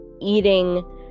eating